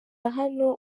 hano